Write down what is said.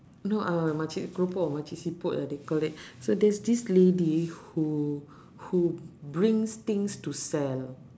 no uh makcik keropok makcik siput ah they call it so there's this lady who who brings things to sell